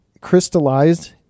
crystallized